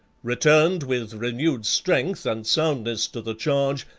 returned with renewed strength and soundness to the charge,